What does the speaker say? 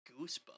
Goosebumps